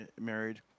married